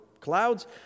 clouds